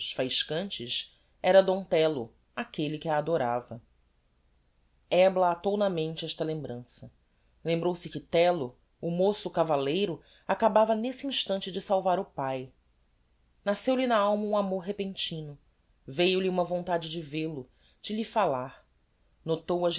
faiscantes era d tello aquelle que a adorava ebla atou na mente esta lembrança lembrou-se que tello o moço cavalleiro acabava n'esse instante de salvar o pae nasceu lhe na alma um amor repentino veiu-lhe uma vontade de vêl-o de lhe fallar notou a